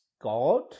God